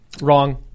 Wrong